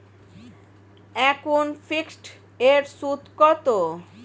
এখন ফিকসড এর সুদ কত?